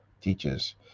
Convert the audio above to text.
teachers